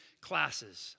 classes